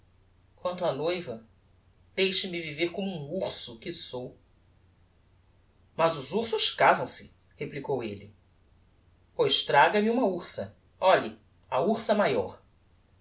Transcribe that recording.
quanto á noiva deixe-me viver como um urso que sou mas os ursos casam se replicou elle pois traga-me uma ursa olhe a ursa maior